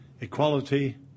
equality